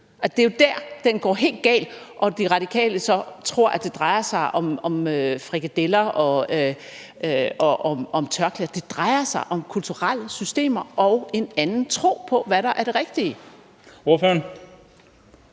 Det er jo der, hvor det går helt galt, og De Radikale så tror, at det drejer sig om frikadeller og om tørklæder. Det drejer sig om kulturelle systemer og en anden tro på, hvad der er det rigtige. Kl.